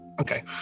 Okay